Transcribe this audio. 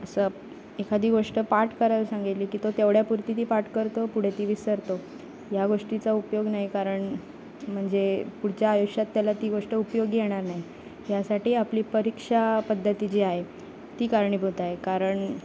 असं एखादी गोष्ट पाठ करायला सांगितली की तो तेवढ्यापुरती ती पाठ करतो पुढे ती विसरतो या गोष्टीचा उपयोग नाही कारण म्हणजे पुढच्या आयुष्यात त्याला ती गोष्ट उपयोगी येणार नाही यासाठी आपली परीक्षा पद्धती जी आहे ती कारणीभूत आहे कारण